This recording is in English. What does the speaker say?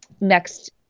next